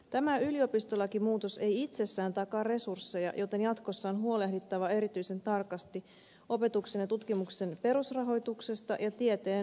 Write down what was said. tämä yliopistolakimuutos ei itsessään takaa resursseja joten jatkossa on huolehdittava erityisen tarkasti opetuksen ja tutkimuksen perusrahoituksesta ja tieteen riippumattomuudesta